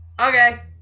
Okay